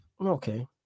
okay